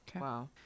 Wow